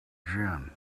gin